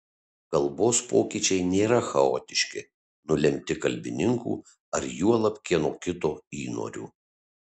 kalbos pokyčiai nėra chaotiški nulemti kalbininkų ar juolab kieno kito įnorių